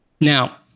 now